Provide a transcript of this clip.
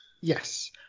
yes